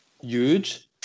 huge